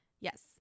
Yes